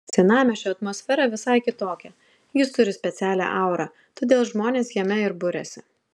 senamiesčio atmosfera visai kitokia jis turi specialią aurą todėl žmonės jame ir buriasi